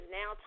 now